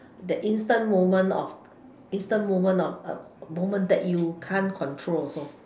the instant moment of instant moment of moment that you can't control also